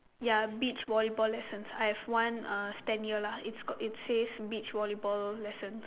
ya beach volleyball lessons I have one uh stand here lah it's called it's says beach volleyball lessons